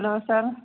hello sir